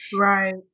Right